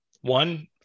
One